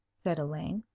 said elaine.